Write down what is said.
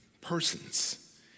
persons